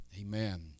Amen